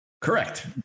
correct